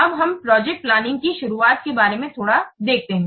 अब हम project planning की शुरूआत के बारे में थोड़ा देखते है